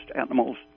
animals